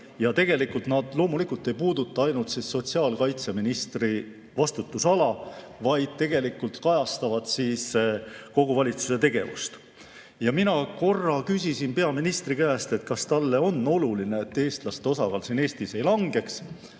ja tegelikult need loomulikult ei puuduta ainult sotsiaalkaitseministri vastutusala, vaid tegelikult kajastavad kogu valitsuse tegevust. Mina korra küsisin peaministri käest, kas talle on oluline, et eestlaste osakaal Eestis ei langeks.